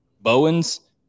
bowens